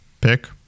pick